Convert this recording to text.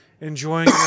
enjoying